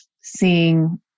seeing